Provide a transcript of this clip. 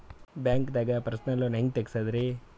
ಬ್ಯಾಂಕ್ದಾಗ personal loan ಹೆಂಗ್ ತಗ್ಸದ್ರಿ?